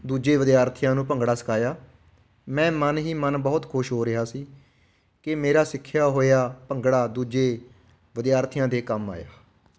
ਦੂਜੇ ਵਿਦਿਆਰਥੀਆਂ ਨੂੰ ਭੰਗੜਾ ਸਿਖਾਇਆ ਮੈਂ ਮਨ ਹੀ ਮਨ ਬਹੁਤ ਖੁਸ਼ ਹੋ ਰਿਹਾ ਸੀ ਕਿ ਮੇਰਾ ਸਿੱਖਿਆ ਹੋਇਆ ਭੰਗੜਾ ਦੂਜੇ ਵਿਦਿਆਰਥੀਆਂ ਦੇ ਕੰਮ ਆਇਆ